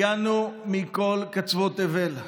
הגענו מכל קצוות תבל,